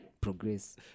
progress